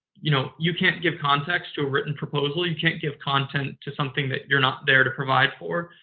you know you can't give context to a written proposal. you can't give content to something that you're not there to provide for.